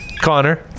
Connor